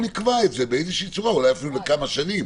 שנקבע את זה באיזושהי צורה, אולי אפילו לכמה שנים